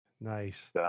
Nice